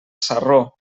sarró